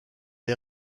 est